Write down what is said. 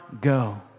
go